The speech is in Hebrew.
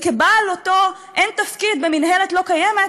וכבעל אותו אין תפקיד במינהלת לא קיימת